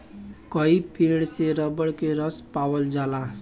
कई पेड़ से रबर के रस पावल जाला